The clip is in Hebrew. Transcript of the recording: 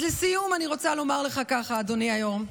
אז לסיום אני רוצה לומר לך ככה, אדוני היו"ר: